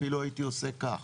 אפילו הייתי עושה כך.